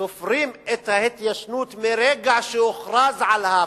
סופרים את ההתיישנות מרגע שהוכרז על ההפקעה,